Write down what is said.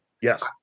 Yes